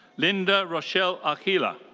linda rochelle archila.